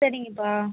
சரிங்கப்பா